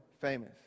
famous